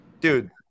Dude